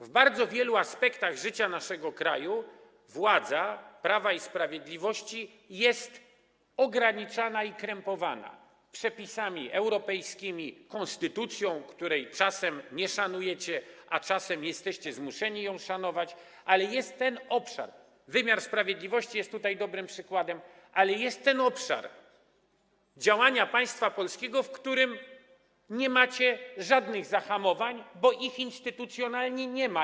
W bardzo wielu aspektach życia w naszym kraju władza Prawa i Sprawiedliwości jest ograniczana i krępowana przepisami europejskimi, konstytucją, której czasem nie szanujecie, czasem jesteście zmuszeni ją szanować, wymiar sprawiedliwości jest tutaj dobrym przykładem, ale jest obszar działania państwa polskiego, w którym nie macie żadnych zahamowań, bo ich instytucjonalnie nie ma.